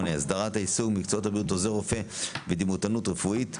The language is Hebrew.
8) (הסדרת העיסוק במקצועות הבריאות עוזר רופא ודימותנות רפואית),